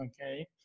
okay